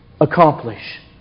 accomplish